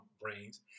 brains